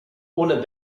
ohne